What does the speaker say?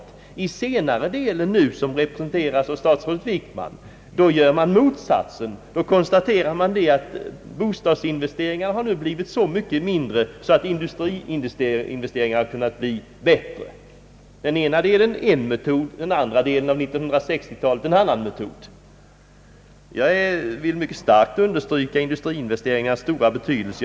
Under den senare delen av 1960 talet, den del som nu representeras av statsrådet Wickman, går man motsatta vägen och konstaterar att bostadsinvesteringarna nu har ökat så mycket att nu måste industriinvesteringarna förbättras. Under den första delen av 1960-talet användes en metod, och under den senare delen användes en annan metod. Jag vill mycket starkt understryka industriinvesteringarnas stora betydelse.